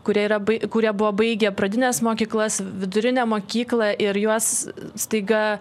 kurie yra bai kurie buvo baigę pradines mokyklas vidurinę mokyklą ir juos staiga